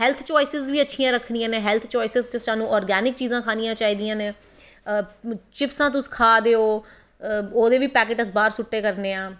health choices बी अच्छियां रक्खनियां नै हैल्थ चवाईसिस च स्हानू ऑर्गैनिक चीज़ां खानियां चाही दियां नै चिप्सां तुस खा दे ओ ओह्दे बी अस पैकेट बाह्र सुट्टे करनें आं